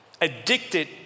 addicted